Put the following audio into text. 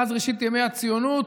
מאז ראשית ימי הציונות,